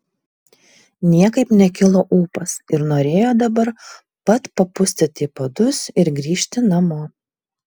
niekaip nekilo ūpas ir norėjo dabar pat papustyti padus ir grįžti namo